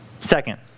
Second